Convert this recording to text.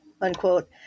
unquote